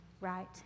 right